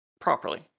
properly